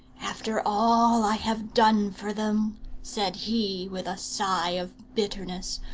after all i have done for them said he, with a sigh of bitterness,